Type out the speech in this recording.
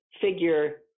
figure